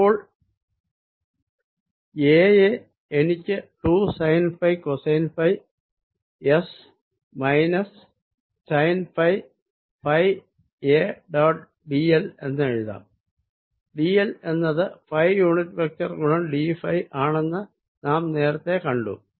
അപ്പോൾ A യെ എനിക്ക് 2 sine phi cosine phi s minus sine phi phi A dot dl എന്ന് എഴുതാം dl എന്നത് ഫൈ യൂണിറ്റ് വെക്ടർ ഗുണം d ഫൈ ആണെന്ന് നാം നേരത്തെ കണ്ടു